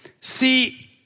See